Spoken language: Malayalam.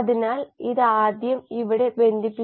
ഇതൊരു പ്രത്യേകതയുള്ള ആശയമാണ്നിങ്ങൾ ഇവിടെ കുറച്ച് ശ്രദ്ധിക്കണം